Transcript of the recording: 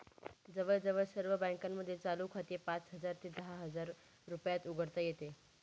जवळजवळ सर्व बँकांमध्ये चालू खाते पाच हजार ते दहा हजार रुपयात उघडता येते